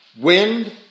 Wind